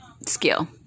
skill